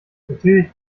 natürlich